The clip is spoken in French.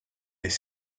des